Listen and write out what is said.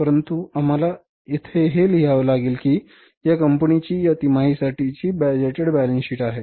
परंतु आपल्याला येथे हे लिहावे लागेल की ही या कंपनीची या तिमाहीसाठीची बजेटेड बॅलन्स शीट आहे